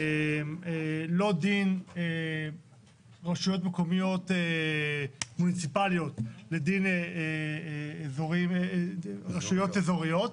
לא דין רשויות מקומיות מוניציפליות לדין רשויות אזוריות,